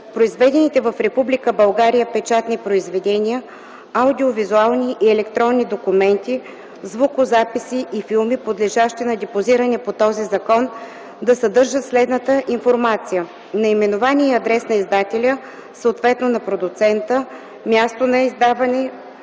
произведените в Република България печатни произведения, аудиовизуални и електронни документи, звукозаписи и филми, подлежащи на депозиране по този закон да съдържат следната информация: наименование и адрес на издателя, съответно на продуцента; място на издаване,